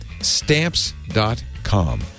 Stamps.com